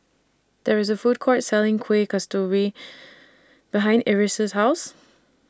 There IS A Food Court Selling Kueh Kasturi behind Iris' House